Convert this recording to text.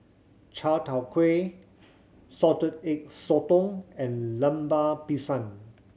chai tow kway Salted Egg Sotong and Lemper Pisang